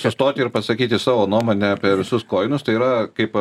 sustoti ir pasakyti savo nuomonę apie visus koinus tai yra kaip